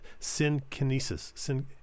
synkinesis